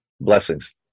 Blessings